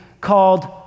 called